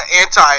anti